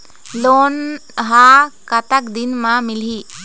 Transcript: Loan ह कतक दिन मा मिलही?